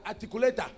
articulator